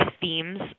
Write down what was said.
themes